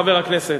חבר הכנסת,